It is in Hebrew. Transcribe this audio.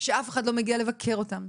שאף אחד לא מגיע לבקר אותם,